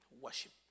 worship